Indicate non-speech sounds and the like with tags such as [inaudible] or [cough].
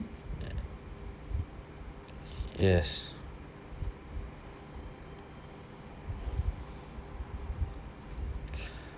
ya yes [breath]